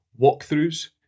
Walkthroughs